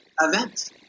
event